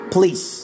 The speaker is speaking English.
Please